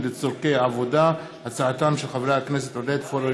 דיון מהיר בהצעתם של חברי הכנסת עודד פורר,